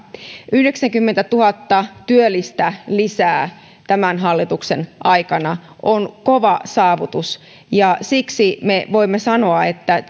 yhdeksänkymmentätuhatta työllistä lisää tämän hallituksen aikana on kova saavutus ja siksi me voimme sanoa että